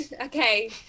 okay